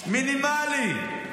מינימלי.